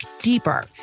deeper